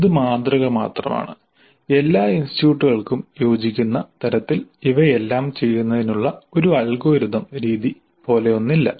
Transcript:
ഇത് മാതൃക മാത്രമാണ് എല്ലാ ഇൻസ്റ്റിറ്റ്യൂട്ടുകൾക്കും യോജിക്കുന്ന തരത്തിൽ ഇവയെല്ലാം ചെയ്യുന്നതിനുള്ള ഒരു അൽഗോരിതം രീതി പോലെ ഒന്നില്ല